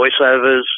voiceovers